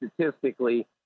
statistically